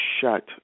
shut